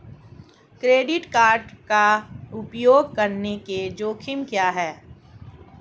Credit card का उपयोग करने के जोखिम क्या हैं?